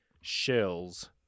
shells